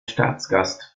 staatsgast